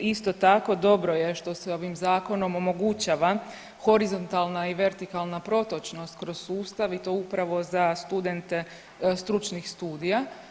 Isto tako, dobro je što se ovim Zakonom omogućava horizontalna i vertikalna protočnost kroz sustav i to upravo za studente stručnih studija.